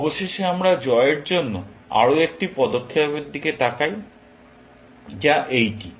অবশেষে আমরা জয়ের জন্য আরও একটি পদক্ষেপের দিকে তাকাই যা এইটি